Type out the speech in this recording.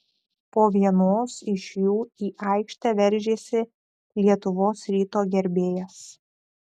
po vienos iš jų į aikštę veržėsi lietuvos ryto gerbėjas